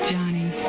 Johnny